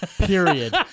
Period